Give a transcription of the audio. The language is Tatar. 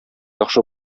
яхшы